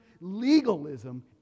legalism